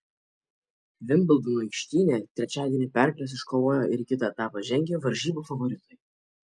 vimbldono aikštyne trečiadienį pergales iškovojo ir į kitą etapą žengė varžybų favoritai